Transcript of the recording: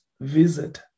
visit